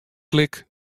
klik